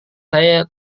saya